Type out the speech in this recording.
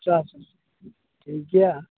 ᱟᱪᱪᱷᱟ ᱴᱷᱤᱠᱜᱮᱭᱟ